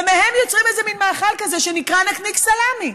ומהם יוצרים איזה מין מאכל כזה שנקרא נקניק סלמי.